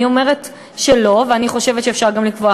אני אומרת שלא ואני חושבת שאפשר גם לקבוע